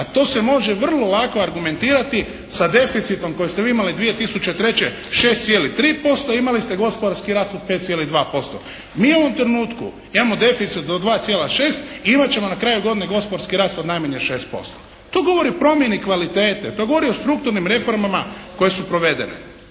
a to se može vrlo lako argumentirati sa deficitom koji ste vi imali 2003. 6,3%, imali ste gospodarski rast od 5,2%. Mi u ovom trenutku imamo deficit od 2,6 i imat ćemo na kraju godine gospodarski rast od najmanje 6%. To govori o promjeni kvalitete. To govori o strukturnim reformama koje su provedene.